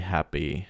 Happy